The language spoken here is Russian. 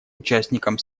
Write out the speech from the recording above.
участником